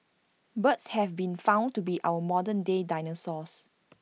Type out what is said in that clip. birds have been found to be our modern day dinosaurs